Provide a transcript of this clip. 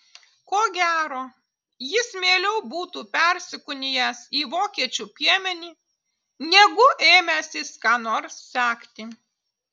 ko gero jis mieliau būtų persikūnijęs į vokiečių piemenį negu ėmęsis ką nors sekti